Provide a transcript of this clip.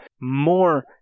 more